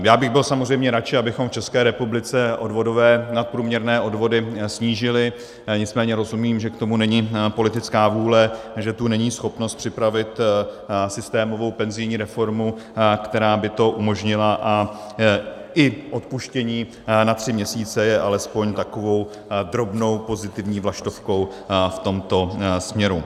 Já bych byl samozřejmě raději, abychom v České republice nadprůměrné odvody snížili, nicméně rozumím, že k tomu není politická vůle a že tu není schopnost připravit systémovou penzijní reformu, která by to umožnila, a i odpuštění na tři měsíce je alespoň takovou drobnou pozitivní vlaštovkou v tomto směru.